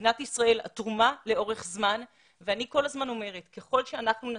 למדינת ישראל התרומה לאורך זמן ואני כל הזמן אומרת שככל שאנחנו נשכיל,